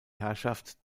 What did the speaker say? herrschaft